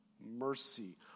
mercy